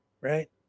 right